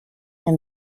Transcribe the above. and